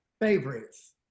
Favorites